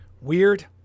Weird